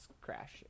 crash